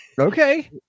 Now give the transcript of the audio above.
Okay